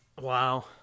Wow